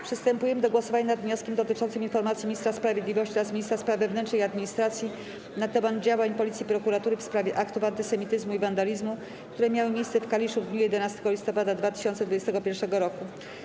Przystępujemy do głosowania nad wnioskiem dotyczącym informacji Ministra Sprawiedliwości oraz Ministra Spraw Wewnętrznych i Administracji na temat działań Policji i Prokuratury w sprawie aktów antysemityzmu i wandalizmu, które miały miejsce w Kaliszu w dniu 11 listopada 2021 r.